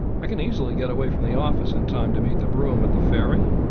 i can easily get away from the office in time to meet the brougham at the ferry,